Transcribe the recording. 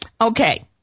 Okay